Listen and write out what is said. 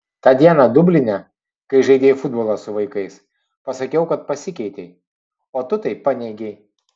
tą dieną dubline kai žaidei futbolą su vaikais pasakiau kad pasikeitei o tu tai paneigei